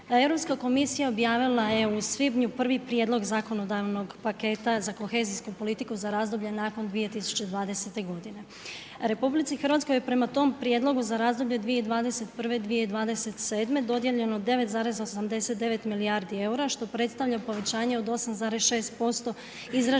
Europska komisija objavila je u svibnju prvi prijedlog zakonodavnog paketa za kohezijsku politiku za razdoblje nakon 2020. godine. RH je prema tom prijedlogu za razdoblje 2021-2027. dodijeljeno 9,89 milijardi eura, što predstavlja povećanje od 8,6% izraženo